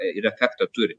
ir efektą turi